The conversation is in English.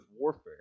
warfare